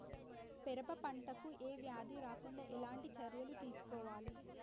పెరప పంట కు ఏ వ్యాధి రాకుండా ఎలాంటి చర్యలు తీసుకోవాలి?